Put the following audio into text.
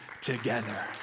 together